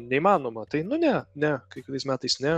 neįmanoma tai nu ne ne kiekvienais metais ne